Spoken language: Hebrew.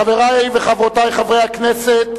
חברי וחברותי חברי הכנסת,